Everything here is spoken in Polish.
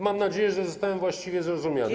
Mam nadzieję, że zostałem właściwie zrozumiany.